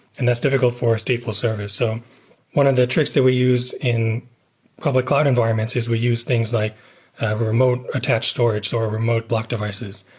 and that's difficult for a stateful service. so one of the tricks that we use in public cloud environments is we use things like remote attached storage or a remote block devices.